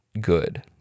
good